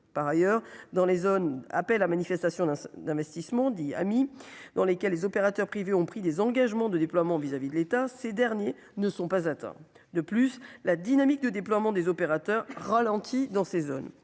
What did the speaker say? par ailleurs, dans les zones appel à manifestation d'investissements dit amis dans lesquelles les opérateurs privés ont pris des engagements de déploiement vis-à-vis de l'État, ces derniers ne sont pas atteints de plus, la dynamique de déploiement des opérateurs ralenti dans ces zones,